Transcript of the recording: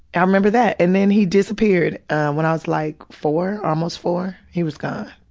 i remember that. and then he disappeared when i was, like, four, almost four? he was gone.